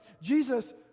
Jesus